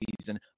season